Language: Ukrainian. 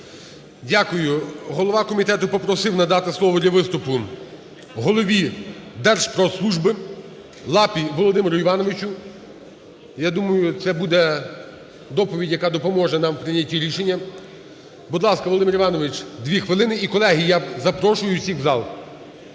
Дякую. Голова комітету попросив надати слово для виступу голові Держпродслужби Лапі Володимиру Івановичу. Я думаю, це буде доповідь, яка допоможе нам в прийнятті рішення. Будь ласка, Володимир Іванович, 2 хвилини. І, колеги, я запрошую всіх в зал.